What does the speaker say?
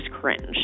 cringe